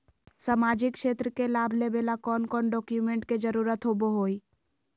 सामाजिक क्षेत्र के लाभ लेबे ला कौन कौन डाक्यूमेंट्स के जरुरत होबो होई?